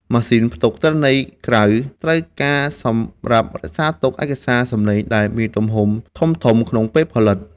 ម៉ាស៊ីនផ្ទុកទិន្នន័យក្រៅ ត្រូវការសម្រាប់រក្សាទុកឯកសារសំឡេងដែលមានទំហំធំៗក្នុងពេលផលិត។